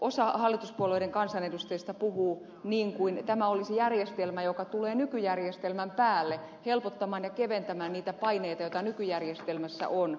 osa hallituspuolueiden kansanedustajista puhuu niin kuin tämä olisi järjestelmä joka tulee nykyjärjestelmän päälle helpottamaan ja keventämään niitä paineita joita nykyjärjestelmässä on